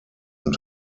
und